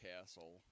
castle